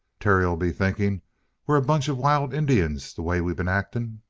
terry'll be thinking we're a bunch of wild indians the way we been actin'.